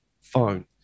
phone